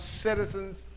citizens